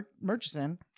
murchison